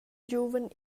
giuven